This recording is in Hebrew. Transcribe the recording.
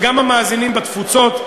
וגם המאזינים בתפוצות,